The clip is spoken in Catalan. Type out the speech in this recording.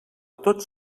tots